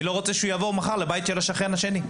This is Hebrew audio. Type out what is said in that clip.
אני לא רוצה שהוא יבוא מחר לבית של השכן השני.